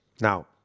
Now